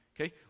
okay